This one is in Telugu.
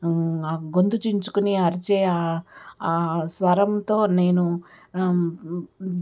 గొంతు చించుకొని అరిచే ఆ స్వరంతో నేను